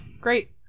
great